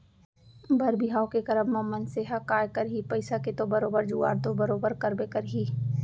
बर बिहाव के करब म मनसे ह काय करही पइसा के तो बरोबर जुगाड़ तो बरोबर करबे करही